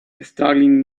struggling